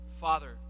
Father